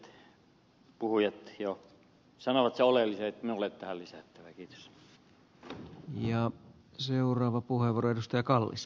edelliset puhujat jo sanoivat sen oleellisen niin että minulla ei ole tähän lisättävää